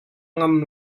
ngam